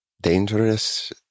dangerous